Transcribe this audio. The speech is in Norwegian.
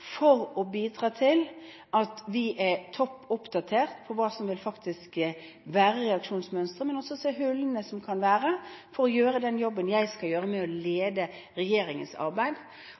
for å bidra til at vi er topp oppdatert på hva som faktisk vil være reaksjonsmønsteret, og også se hullene, slik at jeg kan gjøre den jobben jeg skal med å lede regjeringens arbeid.